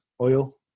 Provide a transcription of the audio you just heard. oil